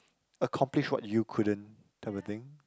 accomplish what you couldn't type of thing